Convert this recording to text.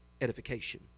edification